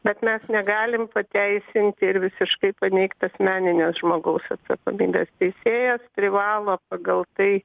bet mes negalim pateisinti ir visiškai paneigt asmeninės žmogaus atsakomybės teisėjas privalo pagal tai